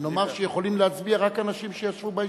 שנאמר שיכולים להצביע רק אנשים שישבו בישיבות.